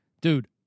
dude